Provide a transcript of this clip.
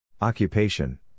occupation